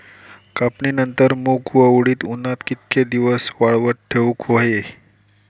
कापणीनंतर मूग व उडीद उन्हात कितके दिवस वाळवत ठेवूक व्हये?